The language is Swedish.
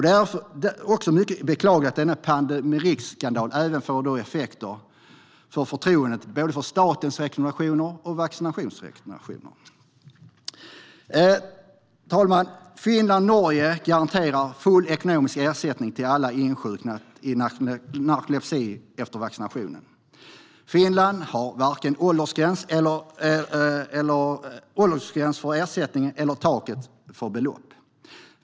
Det är mycket beklagligt att denna Pandemrixskandal även får effekter när det gäller förtroendet både för statens rekommendationer och för vaccinationsrekommendationer. Herr talman! Finland och Norge garanterar full ekonomisk ersättning till alla som insjuknat i narkolepsi efter vaccination. Finland har varken åldersgräns för ersättning eller tak för belopp.